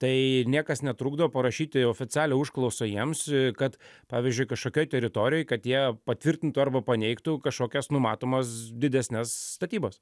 tai niekas netrukdo parašyti oficialią užklausą jiems kad pavyzdžiui kažkokioj teritorijoj kad jie patvirtintų arba paneigtų kažkokias numatomas didesnes statybas